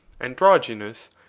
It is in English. androgynous